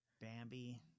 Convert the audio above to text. bambi